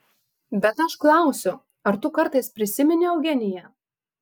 bet aš klausiu ar tu kartais prisimeni eugeniją